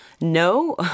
No